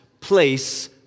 place